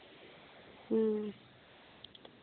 अं